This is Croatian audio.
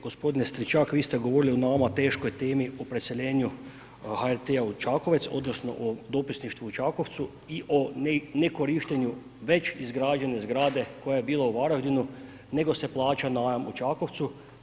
Gospodine Stričak vi ste govorili o nama teškoj temi, o preseljenju HRT-a u Čakovec odnosno o dopisništvu u Čakovcu i o nekorištenju već izgrađene zgrade koja je bila u Varaždinu, nego se plaća najam u Čakovcu.